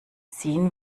ziehen